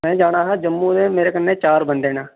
में जाना हा जम्मू ते मेरे कन्ने चार बंदे न